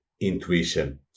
intuition